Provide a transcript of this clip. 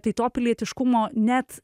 tai to pilietiškumo net